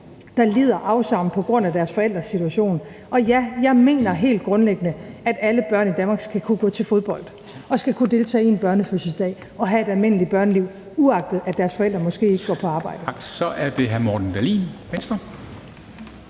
der lider afsavn på grund af deres forældres situation. Og ja, jeg mener helt grundlæggende, at alle børn i Danmark skal kunne gå til fodbold og skal kunne deltage i en børnefødselsdag og have et almindeligt børneliv, uagtet at deres forældre måske ikke går på arbejde.